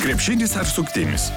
krepšinis ar suktinis